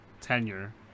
tenure